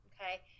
Okay